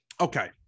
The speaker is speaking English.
Okay